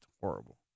horrible